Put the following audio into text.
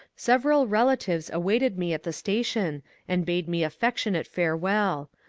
several relatives awaited me at the station and bade me affectionate farewell.